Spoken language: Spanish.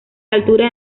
alturas